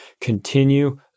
Continue